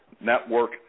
network